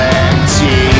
empty